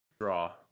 draw